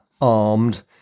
armed